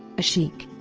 ashiq,